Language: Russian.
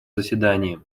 заседании